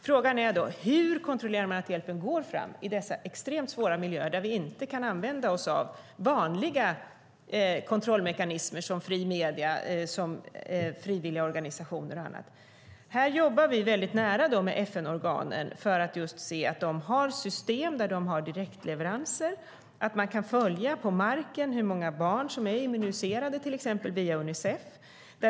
Frågan är hur vi kontrollerar att hjälpen når fram i dessa extremt svåra miljöer där vi inte kan använda oss av vanliga kontrollmekanismer som fria medier, frivilligorganisationer och annat. Vi jobbar nära FN-organen eftersom de har system för direktleveranser. På så sätt kan man på plats följa hur många barn som till exempel blir immuniserade via Unicef.